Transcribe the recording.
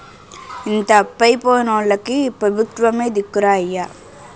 ఇంత అప్పయి పోనోల్లకి పెబుత్వమే దిక్కురా అయ్యా